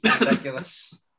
ridiculous